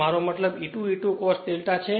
મારો મતલબ E2 E2 cos ∂ છે